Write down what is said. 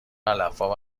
علفها